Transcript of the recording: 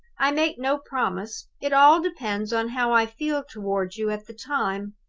i make no promise! it all depends on how i feel toward you at the time.